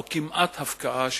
או כמעט הפקעה,